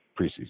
preseason